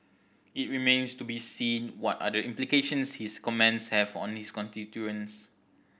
it remains to be seen what are the implications his comments have on his constituents